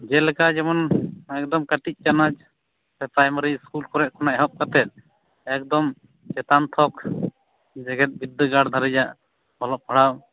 ᱡᱮᱞᱮᱠᱟ ᱡᱮᱢᱚᱱ ᱮᱠᱫᱚᱢ ᱠᱟᱹᱴᱤᱡ ᱪᱟᱱᱟᱪ ᱥᱮ ᱯᱨᱟᱭᱢᱟᱨᱤ ᱥᱠᱩᱞ ᱠᱚᱨᱮᱫ ᱠᱷᱚᱱ ᱮᱦᱚᱵ ᱠᱟᱛᱮᱫ ᱮᱠᱫᱚᱢ ᱪᱮᱛᱟᱱ ᱛᱷᱚᱠ ᱡᱮᱜᱮᱫ ᱵᱤᱫᱽᱫᱟᱹᱜᱟᱲ ᱫᱷᱟᱹᱨᱤᱡᱟᱜ ᱚᱞᱚᱜ ᱯᱟᱲᱦᱟᱣ